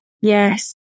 Yes